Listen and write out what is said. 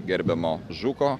gerbiamo žuko